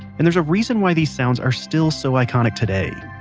and there's a reason why these sounds are still so iconic today.